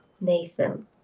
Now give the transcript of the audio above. Nathan